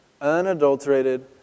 unadulterated